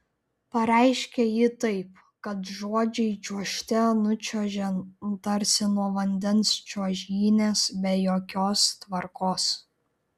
pareiškia ji taip kad žodžiai čiuožte nučiuožia tarsi nuo vandens čiuožynės be jokios tvarkos